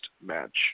match